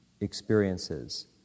experiences